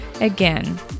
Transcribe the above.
Again